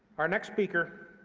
our next speaker,